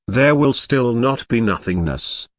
there will still not be nothingness.